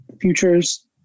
futures